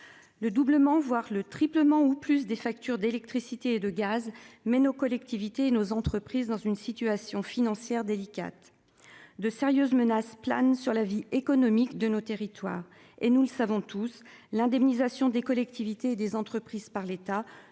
Le doublement voire le triplement ou plus des factures d'électricité et de gaz. Mais nos collectivités et nos entreprises dans une situation financière délicate. De sérieuses menaces planent sur la vie économique de nos territoires et nous le savons tous, l'indemnisation des collectivités et des entreprises par l'État